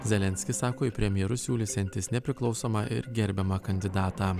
zelenskis sako į premjerus siūlysiantis nepriklausomą ir gerbiamą kandidatą